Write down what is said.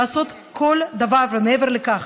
לעשות כל דבר ומעבר לכך,